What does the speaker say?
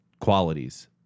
qualities